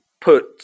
put